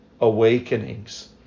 awakenings